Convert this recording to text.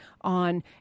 on